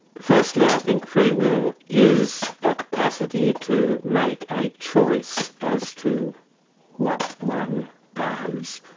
firstly i think free will is a capacity to make a choice as to what one does,